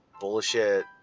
bullshit